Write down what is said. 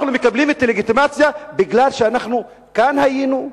אנחנו מקבלים את הלגיטימציה בגלל שכאן היינו,